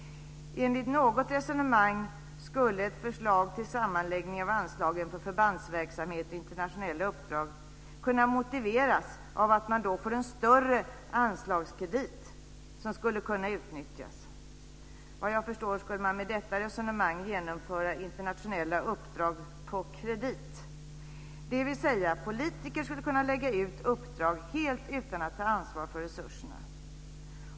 Enligt något resonemang skulle ett förslag till sammanläggning av anslagen för förbandsverksamhet och internationella uppdrag kunna motiveras av att man då får en större anslagskredit som skulle kunna utnyttjas. Vad jag förstår skulle man med detta resonemang genomföra internationella uppdrag på kredit, dvs. politiker skulle kunna lägga ut uppdrag helt utan att ta ansvar för resurserna.